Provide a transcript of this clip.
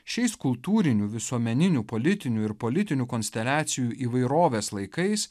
šiais kultūrinių visuomeninių politinių ir politinių konsteliacijų įvairovės laikais